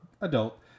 adult